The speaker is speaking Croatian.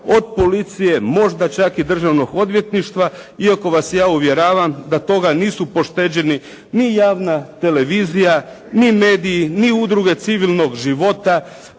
od policije možda čak i Državnog odvjetništva iako vas ja uvjeravam da toga nisu pošteđeni ni javna televizija, ni mediji, ni udruga civilnog život,